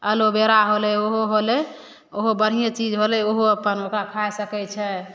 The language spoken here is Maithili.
अलोबेरा होलै ओहो होलै ओहो बढ़िये चीज होलै ओहो अपन ओकरा खाइ सकै छै